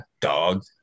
dog